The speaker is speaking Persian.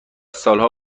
سالها